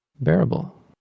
bearable